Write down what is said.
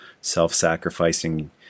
self-sacrificing